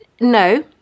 No